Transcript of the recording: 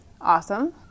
Awesome